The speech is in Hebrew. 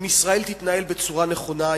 אם ישראל תתנהל בצורה נכונה,